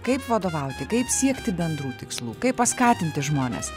kaip vadovauti kaip siekti bendrų tikslų kaip paskatinti žmones